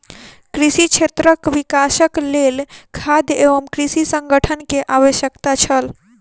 कृषि क्षेत्रक विकासक लेल खाद्य एवं कृषि संगठन के आवश्यकता छल